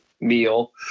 meal